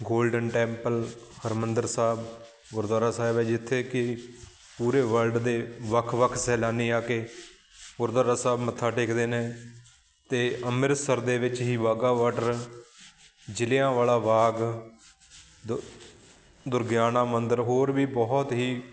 golden Temple Harmandir Sahib gurdwara Sahib ਹੈ ਜਿੱਥੇ ਕਿ ਪੂਰੇ ਵਰਲਡ ਦੇ ਵੱਖ ਵੱਖ ਸੈਲਾਨੀ ਆ ਕੇ ਗੁਰਦੁਆਰਾ ਸਾਹਿਬ ਮੱਥਾ ਟੇਕਦੇ ਨੇ ਅਤੇ ਅੰਮ੍ਰਿਤਸਰ ਦੇ ਵਿੱਚ ਹੀ ਬਾਘਾ ਬਾਰਡਰ ਜ਼ਿਲ੍ਹਿਆਂ ਵਾਲਾ ਬਾਗ ਦੁ ਦੁਰਗਿਆਣਾ ਮੰਦਰ ਹੋਰ ਵੀ ਬਹੁਤ ਹੀ